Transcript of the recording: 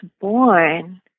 born